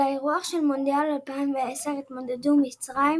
על האירוח של מונדיאל 2010 התמודדו מצרים,